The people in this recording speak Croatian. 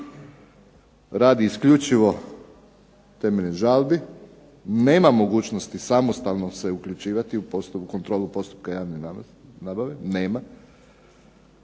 radi isključivo temeljem žalbi. Nema mogućnosti samostalno se uključivati u kontrolu postupaka javne nabave, nema.